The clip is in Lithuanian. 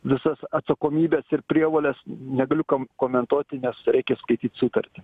visas atsakomybes ir prievoles negaliu komentuoti nes reikia skaityti sutartį